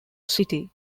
city